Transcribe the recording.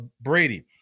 Brady